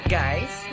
guys